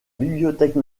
bibliothèque